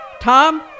Tom